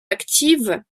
active